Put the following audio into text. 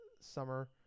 summer